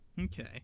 Okay